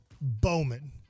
Bowman